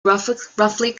roughly